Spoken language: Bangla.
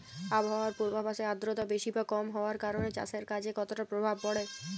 আবহাওয়ার পূর্বাভাসে আর্দ্রতা বেশি বা কম হওয়ার কারণে চাষের কাজে কতটা প্রভাব পড়ে?